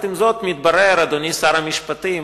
עם זאת, מתברר, אדוני שר המשפטים,